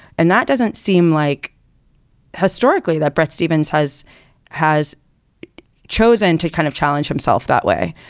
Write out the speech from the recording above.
and that doesn't seem like historically that bret stephens has has chosen to kind of challenge himself that way,